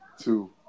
two